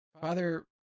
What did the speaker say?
Father